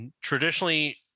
traditionally